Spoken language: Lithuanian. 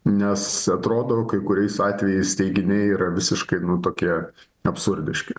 nes atrodo kai kuriais atvejais teiginiai yra visiškai tokie absurdiški